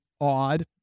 odd